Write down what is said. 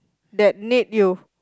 that need you